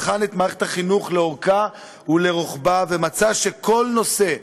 בחן את מערכת החינוך לאורכה ולרוחבה ומצא שכל נושא,